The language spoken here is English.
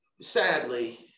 sadly